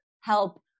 help